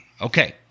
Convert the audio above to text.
Okay